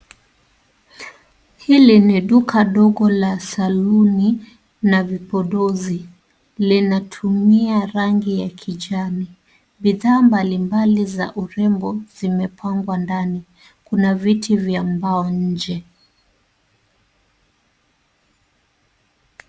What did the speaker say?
Hili ni duka dogo la saluni na vipodozi, linatumia rangi ya kijani. Bidhaa mbali mbali za urembo zimepangwa ndani. Kuna viti vya mbao nje.